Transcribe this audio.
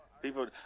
People